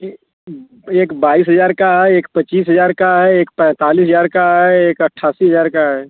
यह एक बाईस हज़ार का एक पच्चीस हज़ार का है एक पैंतालीस का हैं एक अट्ठासी हज़ार का है